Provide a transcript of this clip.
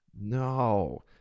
No